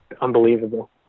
unbelievable